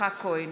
יצחק כהן,